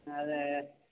அது